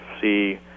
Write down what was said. see